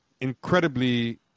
incredibly